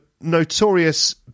Notorious